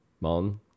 Mon